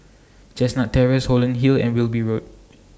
Chestnut Terrace Holland Hill and Wilby Road